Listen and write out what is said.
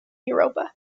europa